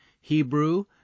Hebrew